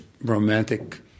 romantic